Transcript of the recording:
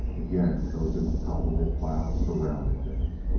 again those impalpable clouds surrounded them.